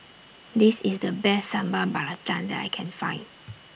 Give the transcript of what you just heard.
This IS The Best Sambal Belacan that I Can Find